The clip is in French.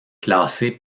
classé